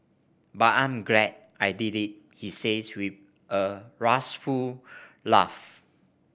but I'm glad I did it he says with a rueful laugh